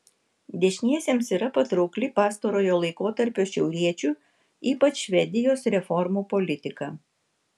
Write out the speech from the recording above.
dešiniesiems yra patraukli pastarojo laikotarpio šiauriečių ypač švedijos reformų politika